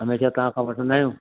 हमेशह तव्हां खां वठंदा आहियूं